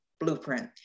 Blueprint